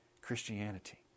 Christianity